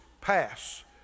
pass